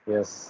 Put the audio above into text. Yes